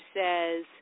says